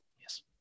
Yes